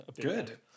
Good